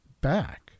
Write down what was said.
back